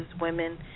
women